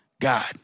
god